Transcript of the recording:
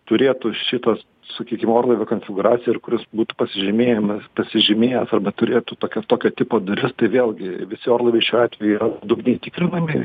turėtų šitos sakykim orlaivio konfigūraciją ir kuris būtų pasižymėjimas pasižymėjęs arba turėtų tokio tokio tipo duris tai vėlgi visi orlaiviai šiuo atveju yra nuodugniai tikrinami